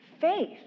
Faith